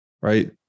right